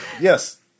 Yes